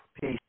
Peace